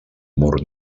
mur